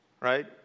right